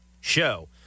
show